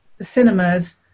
cinemas